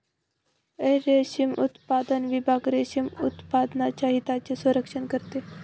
रेशीम उत्पादन विभाग रेशीम उत्पादकांच्या हितांचे संरक्षण करते